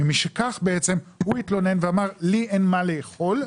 משכך הוא התלונן ואמר: לי אין מה לאכול,